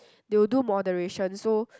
they will do moderation so